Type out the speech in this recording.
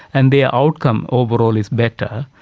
and their outcome overall is better.